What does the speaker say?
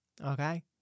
okay